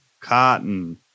cotton